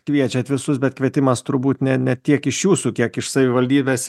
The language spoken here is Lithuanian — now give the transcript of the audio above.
kviečiat visus bet kvietimas turbūt ne ne tiek iš jūsų kiek iš savivaldybės